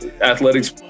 athletics